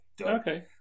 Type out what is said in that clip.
Okay